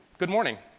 good morning